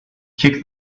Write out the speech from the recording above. kick